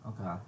Okay